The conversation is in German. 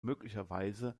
möglicherweise